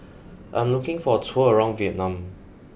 I'm looking for a tour around Vietnam